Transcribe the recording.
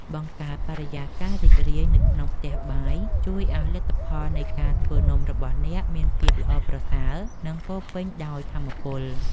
បង្កើតបរិយាកាសរីករាយនៅក្នុងផ្ទះបាយជួយឱ្យលទ្ធផលនៃការធ្វើនំរបស់អ្នកមានភាពល្អប្រសើរ និងពោរពេញដោយថាមពល។